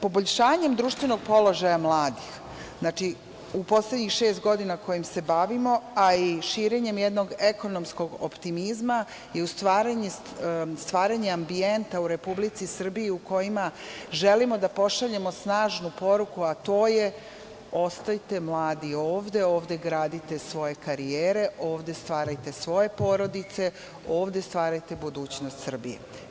Poboljšanjem društvenog položaja mladih u poslednjih šest godina, kojim se bavimo, a i širenjem jednog ekonomskog optimizma je stvaranje ambijenta u Republici Srbiji u kojoj želimo da pošaljemo snažnu poruku, a to je – ostajte mladi ovde, ovde gradite svoje karijere, ovde stvarajte svoje porodice, ovde stvarajte budućnost Srbije.